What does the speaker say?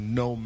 no